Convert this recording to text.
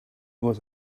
was